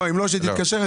למה כתוב כאן